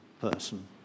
person